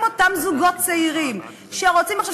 עם אותם זוגות צעירים שרוצים עכשיו,